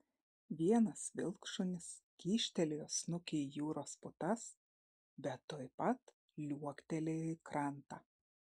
vienas vilkšunis kyštelėjo snukį į jūros putas bet tuoj pat liuoktelėjo į krantą